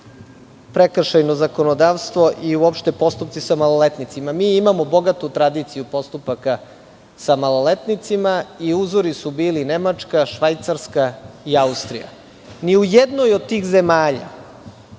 prekršajno zakonodavstvo i uopšte postupci sa maloletnicima. Mi imamo bogatu tradiciju postupaka sa maloletnicima i uzori su bili Nemačka, Švajcarska i Austrija. Ni u jednoj od tih zemalja